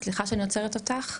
סליחה שאני עוצרת אותך.